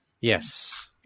Yes